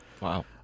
Wow